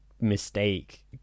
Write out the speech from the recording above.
mistake